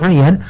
present.